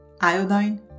iodine